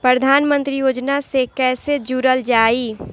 प्रधानमंत्री योजना से कैसे जुड़ल जाइ?